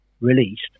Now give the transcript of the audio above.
released